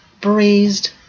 Braised